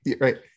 right